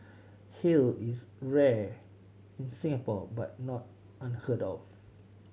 hail is rare in Singapore but not unheard of